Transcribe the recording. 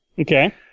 Okay